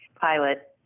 pilot